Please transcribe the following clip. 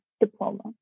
diploma